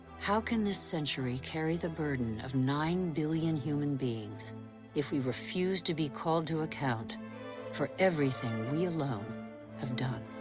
how can this century carry the burden of nine billion human beings if we refuse to be called to account for everything we alone have done?